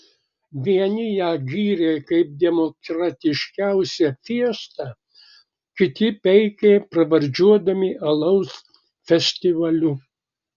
vieni ją gyrė kaip demokratiškiausią fiestą kiti peikė pravardžiuodami alaus festivaliu